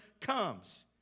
comes